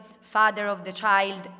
father-of-the-child